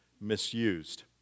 misused